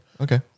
okay